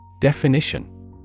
Definition